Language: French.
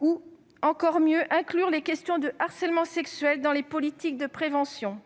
ou encore mieux inclure les questions de harcèlement sexuel dans les politiques de prévention.